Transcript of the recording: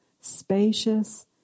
spacious